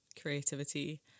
creativity